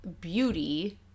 beauty